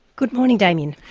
good morning, damien.